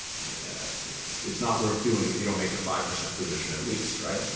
yeah you know it's not worth doing if you don't make it a five percent position at least, right?